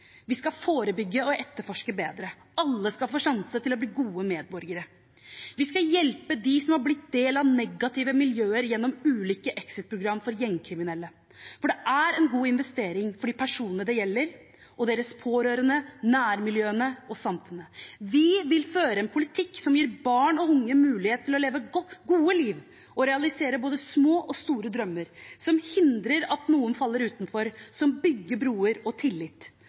Vi skal forebygge og etterforske bedre. Alle skal få sjansen til å bli gode medborgere. Vi skal hjelpe dem som har blitt del av negative miljøer, gjennom ulike exit-program for gjengkriminelle, for det er en god investering for de personene det gjelder, og deres pårørende, nærmiljøene og samfunnet. Vi vil føre en politikk som gir barn og unge mulighet til å leve gode liv og realisere både små og store drømmer, som hindrer at noen faller utenfor, som bygger broer og tillit,